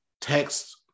text